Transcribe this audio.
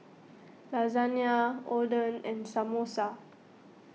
Lasagna Oden and Samosa